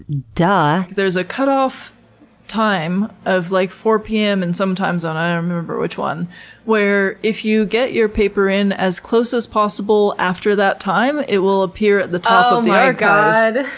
duhhh. there's a cutoff time of like four p m. in some time zone, i don't um remember which one where if you get your paper in as close as possible after that time it will appear at the top um yeah god!